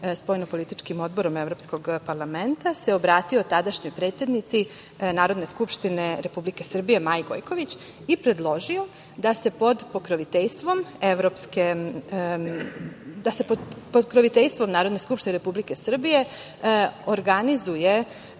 spoljnopolitičkim odborom evropskog parlamenta, obratio se tadašnjoj predsednici Narodne skupštine Republike Srbije Maji Gojković i predložio da se pod pokroviteljstvom Narodne skupštine Republike Srbije organizuje